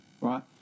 right